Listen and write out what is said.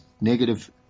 negative